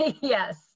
yes